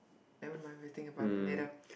never mind we'll think about it later